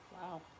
Wow